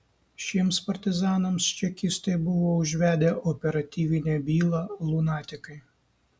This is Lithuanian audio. šiems partizanams čekistai buvo užvedę operatyvinę bylą lunatikai